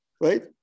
right